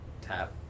tap